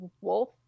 wolf